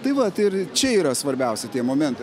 tai vat ir čia yra svarbiausia tie momentai